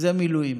זה מילואים.